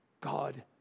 God